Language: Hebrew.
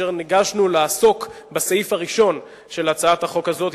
כאשר ניגשנו לעסוק בסעיף הראשון של הצעת החוק הזאת,